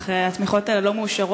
אך התמיכות האלה לא מאושרות